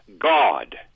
God